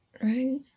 Right